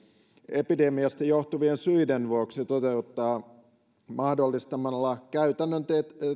epidemiasta johtuvien syiden vuoksi toteuttaa mahdollistamalla käytännön